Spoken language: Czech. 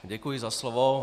Děkuji za slovo.